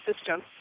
system